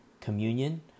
communion